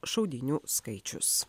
šaudynių skaičius